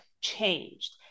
changed